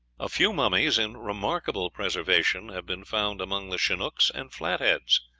a few mummies in remarkable preservation have been found among the chinooks and flatheads.